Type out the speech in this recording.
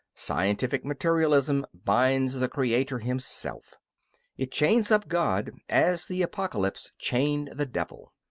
scientific materialism binds the creator himself it chains up god as the apocalypse chained the devil.